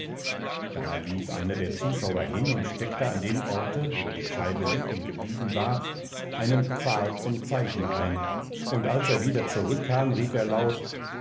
da lief einer der zuschauer hin und steckte an dem orte wo die scheibe liegen geblieben war einen pfahl zum zeichen ein und als er wieder zurückkam rief er laut